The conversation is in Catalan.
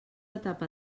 etapa